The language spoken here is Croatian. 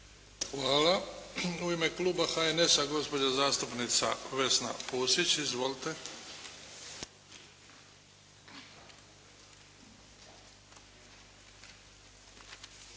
Hvala. U ime kluba HNS-a gospođa zastupnica Vesna Pusić. Izvolite.